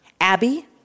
Abby